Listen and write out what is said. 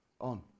on